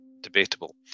debatable